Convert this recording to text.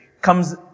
comes